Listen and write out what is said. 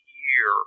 year